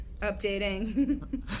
Updating